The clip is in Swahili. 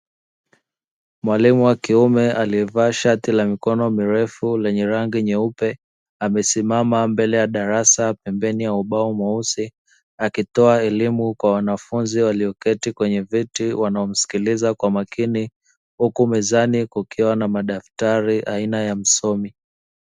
Mwalimu wa kiume alivaa shati la mikono mirefu lenye rangi nyeupe, amesimama mbele ya darasa pembeni ya ubao mweusi, akitoa elimu kwa wanafunzi walioketi kwenye viti wakimsikiliza kwa makini, huku mezani kukiwa na madaftari aina ya msomi.